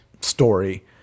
story